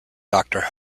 doctor